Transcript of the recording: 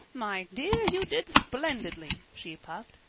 my dear, you did splendidly, she puffed.